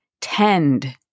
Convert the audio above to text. tend